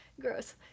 Gross